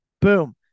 Boom